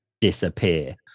disappear